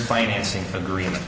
financing agreement